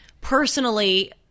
personally